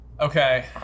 Okay